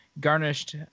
garnished